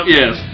yes